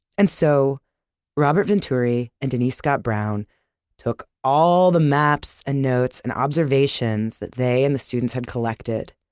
and so robert venturi and denise scott brown took all the maps, and notes, and observations that they and the students had collected,